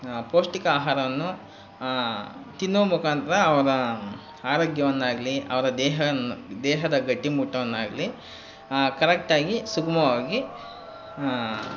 ಪೌಷ್ಟಿಕ ಆಹಾರವನ್ನು ತಿನ್ನೋ ಮುಖಾಂತ್ರ ಅವರ ಆರೋಗ್ಯವನ್ನಾಗಲಿ ಅವರ ದೇಹ ದೇಹದ ಗಟ್ಟಿಮುಟ್ಟವನ್ನಾಗಲಿ ಕರೆಕ್ಟ್ ಆಗಿ ಸುಗಮವಾಗಿ